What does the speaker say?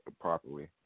properly